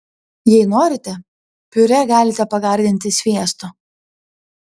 jei norite piurė galite pagardinti sviestu